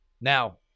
Now